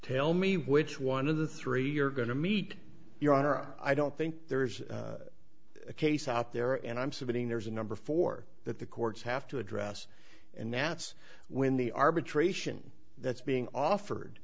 tell me which one of the three you're going to meet your honor i don't think there's a case out there and i'm submitting there's a number four that the courts have to address and nat's when the arbitration that's being offered